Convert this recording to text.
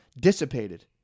dissipated